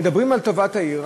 מדברים על טובת העיר,